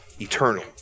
eternal